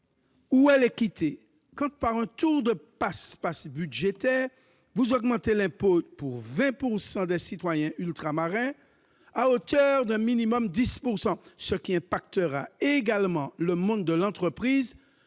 où est l'équité quand, par un tour de passe-passe budgétaire, vous augmentez l'impôt pour 20 % des citoyens ultramarins, à hauteur de 10 % au minimum- cette mesure impactera également le monde de l'entreprise